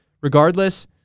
Regardless